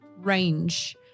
range